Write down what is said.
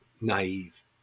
naive